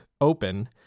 Open